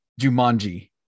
jumanji